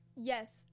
Yes